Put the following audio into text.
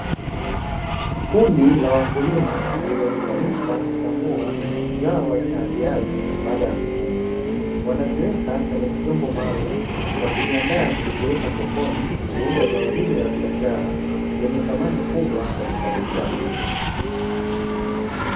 Kundi la wakulima limekusanyika kuchambua zao aina ya viazi baada ya kuvunwa, wanaviweka kwenye vyombo maalumu wakiviandaa kuvipeleka sokoni kuuza zao hili la biashara lenye thamani kubwa kwa kipato chao.